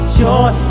joy